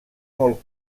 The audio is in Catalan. molt